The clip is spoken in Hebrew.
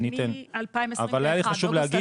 זה מאוגוסט 2021. היה לי חשוב להגיד,